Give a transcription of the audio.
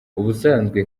ubusanzwe